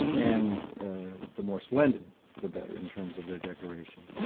and ah the more splendid the better in terms of their decoration.